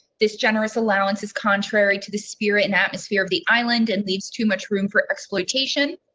this generous allowance is contrary to the spirit and atmosphere of the island and leaves too much room for exploitation.